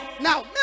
now